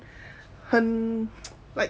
很 like